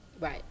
Right